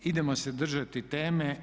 Idemo se držati teme.